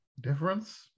difference